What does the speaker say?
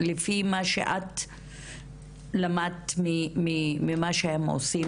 לפי מה שאת למדת ממה שהם עושים,